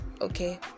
okay